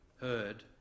heard